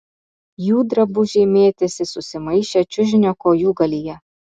jų drabužiai mėtėsi susimaišę čiužinio kojūgalyje